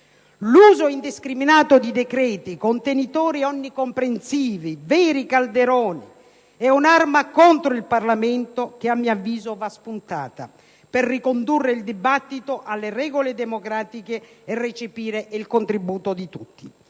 L'uso indiscriminato di decreti contenitori onnicomprensivi, veri calderoni, è un'arma contro il Parlamento che, a mio avviso, va spuntata per ricondurre il dibattito alle regole democratiche e recepire il contributo di tutti.